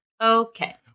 Okay